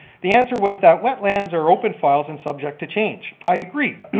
the answer was that wetlands are open files and subject to change. i agree,